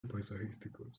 paisajísticos